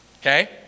Okay